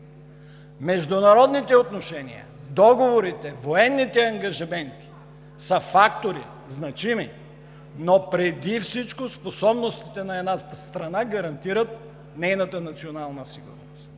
Международните отношения, договорите, военните ангажименти са значими фактори, но преди всичко способностите на една страна гарантират нейната национална сигурност.